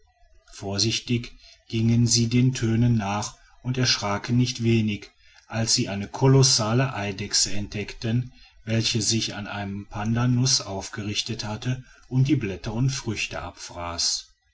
vorsichtig gingen sie den tönen nach und erschraken nicht wenig als sie eine kolossale eidechse entdeckten welche sich an einem pandanus aufgerichtet hatte und die blätter und früchte abfraß